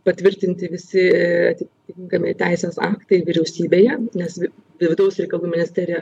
patvirtinti visi atitinkami teisės aktai vyriausybėje nes vidaus reikalų ministerija